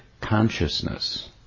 consciousness